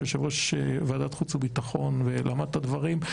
יושב-ראש ועדת החוץ והביטחון ולמד את הדברים,